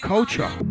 Culture